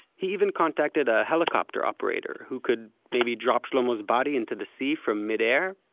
he even contacted a helicopter operator who could maybe drop shlomo's body into the sea from mid-air.